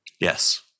Yes